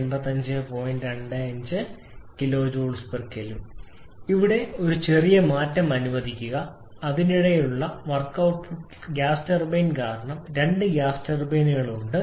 25 kJ kg ഇവിടെ ഒരു ചെറിയ മാറ്റം അനുവദിക്കുക ഇതിനിടയിലുള്ള വർക്ക് ഔട്ട്പുട്ട് ഗ്യാസ് ടർബൈൻ കാരണം രണ്ട് ഗ്യാസ് ടർബൈനുകൾ ഉണ്ട്